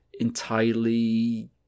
entirely